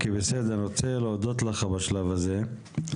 בסדר, אני רוצה להודות לך בשלב הזה.